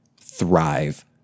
thrive